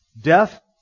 death